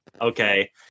okay